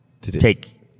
take